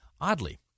oddly